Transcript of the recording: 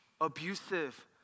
abusive